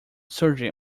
surgery